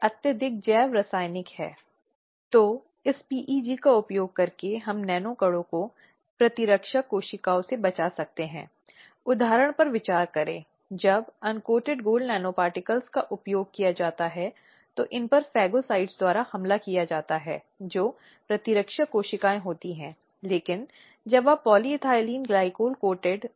एक आंतरिक शिकायत समिति है जिसे संगठन के भीतर प्रत्येक संगठन में निम्नलिखित संविधान के साथ नियोक्ता द्वारा स्थापित किया जाना है दूसरा प्राधिकरण जो अधिनियम के तहत बात की गई है स्थानीय शिकायत समिति हैं